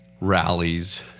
rallies